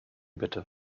bitte